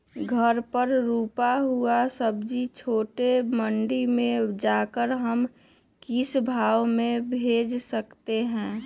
घर पर रूपा हुआ सब्जी छोटे मंडी में जाकर हम किस भाव में भेज सकते हैं?